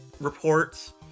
reports